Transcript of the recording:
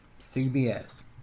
CBS